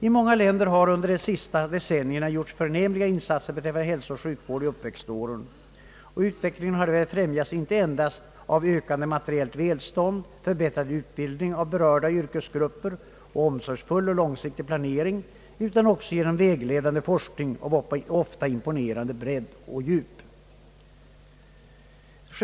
I många länder har under de senaste decennierna gjorts förnämliga insatser beträffande hälsooch sjukvården i uppväxtåren, och utvecklingen har därvid främjats inte endast av ökande materiellt välstånd, förbättrad utbildning av berörda yrkesgrupper och omsorgsfull och långsiktig planering, utan också genom vägledande forskning av ofta imponerande bredd och djup.